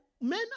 men